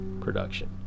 production